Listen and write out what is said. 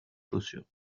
chaussures